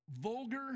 vulgar